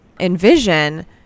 envision